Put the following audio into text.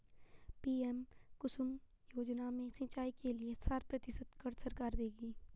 PM कुसुम योजना में सिंचाई के लिए साठ प्रतिशत क़र्ज़ सरकार देगी